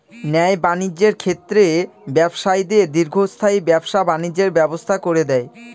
ন্যায় বাণিজ্যের ক্ষেত্রে ব্যবসায়ীদের দীর্ঘস্থায়ী ব্যবসা বাণিজ্যের ব্যবস্থা করে দেয়